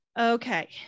Okay